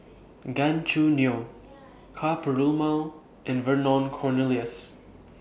Gan Choo Neo Ka Perumal and Vernon Cornelius